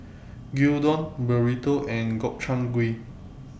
Gyudon Burrito and Gobchang Gui